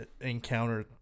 encounter